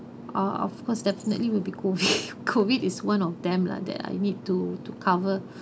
oh of course definitely will be COV~ COVID is one of them lah that I need to to cover